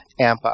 AMPA